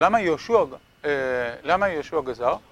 למה יהושע גזר?